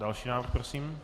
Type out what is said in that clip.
Další návrh prosím.